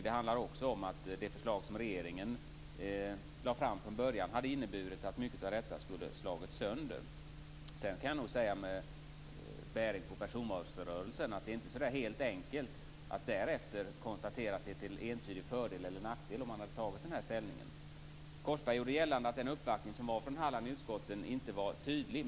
Det handlar också om att det förslag regeringen lade fram från början hade inneburit att mycket av detta skulle ha slagits sönder. Sedan kan jag säga, med bäring på personvalsrörelsen, att det inte är så enkelt att därefter konstatera om det är till entydig fördel eller nackdel att ha tagit den här ställningen. Korsberg gjorde gällande att uppvaktningen från Halland i utskotten inte var tydlig.